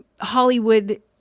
Hollywood